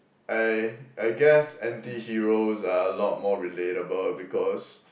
I I guess antiheroes are a lot more relatable because